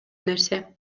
нерсе